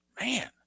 Man